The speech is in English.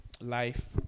life